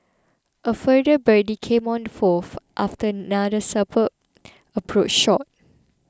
a further birdie came on the fourth after another superb approach shot